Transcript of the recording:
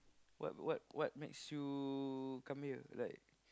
what what what makes you come here like